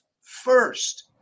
first